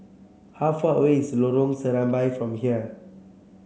how far away is Lorong Serambi from here